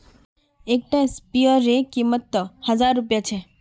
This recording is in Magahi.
एक टा स्पीयर रे कीमत त हजार रुपया छे